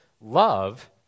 love